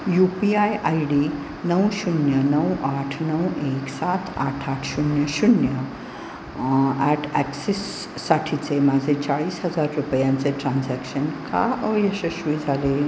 you P I I D नऊ शून्य नऊ आठ नऊ एक सात आठ आठ शून्य शून्य ॲट ॲक्सिससाठीचे माझे चाळीस हजार रुपयांचे ट्रान्झॅक्शन का अयशस्वी झाले